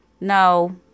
No